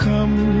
Come